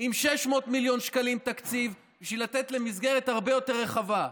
עם תקציב של 600 מיליון שקלים בשביל לתת מסגרת הרבה יותר רחבה.